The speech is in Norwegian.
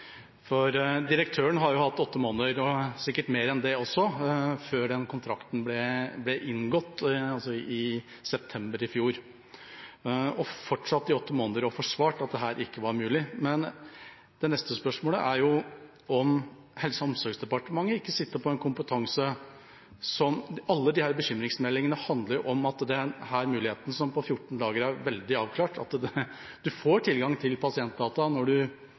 Direktøren har jo hatt åtte måneder og sikkert mer enn det også før kontrakten ble inngått i september i fjor. Hun har fortsatt i åtte måneder å forsvare at dette ikke var mulig. Det neste spørsmålet er jo om Helse- og omsorgsdepartementet ikke sitter på en kompetanse. Alle disse bekymringsmeldingene handler jo om denne muligheten, som på 14 dager er veldig avklart, at man får tilgang til pasientdata når